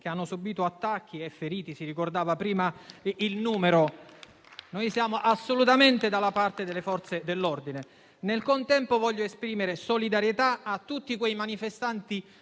che hanno subito attacchi e feriti (se ne ricordava prima il numero). Noi siamo assolutamente dalla parte delle Forze dell'ordine. Nel contempo, voglio esprimere solidarietà a tutti quei manifestanti